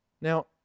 Now